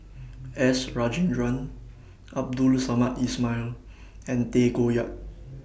S Rajendran Abdul Samad Ismail and Tay Koh Yat